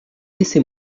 laissez